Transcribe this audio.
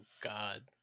god